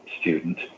student